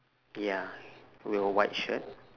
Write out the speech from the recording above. ya with a white shirt